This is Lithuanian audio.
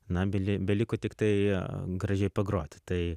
na beli beliko tiktai gražiai pagrot tai